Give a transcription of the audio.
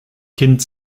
kind